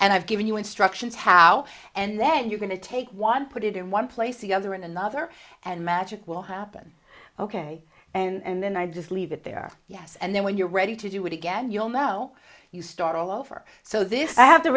and i've given you instructions how and then you're going to take one put it in one place the other in another and magic will happen ok and then i just leave it there yes and then when you're ready to do it again you'll know you start all over so this i have to